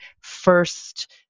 first